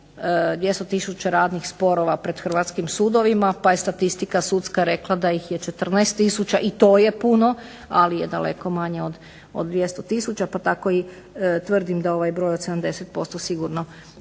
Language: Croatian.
200 tisuća radnih sporova pred hrvatskim sudovima, pa je statistika sudska rekla da ih je 14 tisuća, i to je puno, ali je daleko manja od 200 tisuća, pa tako i tvrdim da ovaj broj od 70% sigurno nije